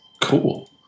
Cool